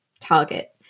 Target